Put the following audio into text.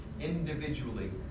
Individually